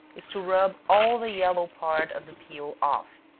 is to rub all the yellow part of the peel off,